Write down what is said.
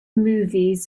movies